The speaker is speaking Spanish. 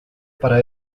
para